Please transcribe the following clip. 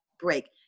break